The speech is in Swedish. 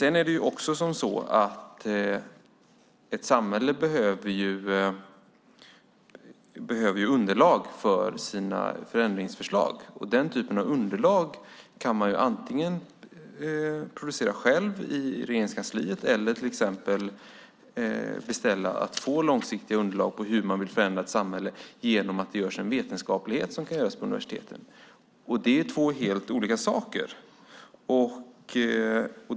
Dock är det så att en regering behöver underlag för sina förändringsförslag. Den typen av underlag kan man producera själv i Regeringskansliet eller få via den vetenskapliga forskningen på universiteten. Det är två helt olika saker.